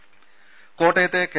ദേദ കോട്ടയത്തെ കെ